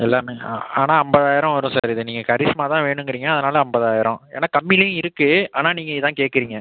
எல்லாமே ஆன் ஆனா ஐம்பதாயிரம் வரும் சார் இது நீங்கள் கரிஷ்மா தான் வேணும்ங்குறீங்க அதனால் ஐம்பதாயிரம் ஏன்னா கம்மிலயும் இருக்கு ஆனால் நீங்கள் இதான் கேக்குறிங்க